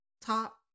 top